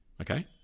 okay